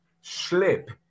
slip